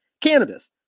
cannabis